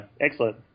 Excellent